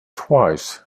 twice